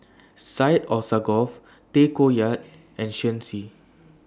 Syed Alsagoff Tay Koh Yat and Shen Xi